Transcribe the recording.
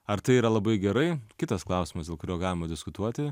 ar tai yra labai gerai kitas klausimas dėl kurio galima diskutuoti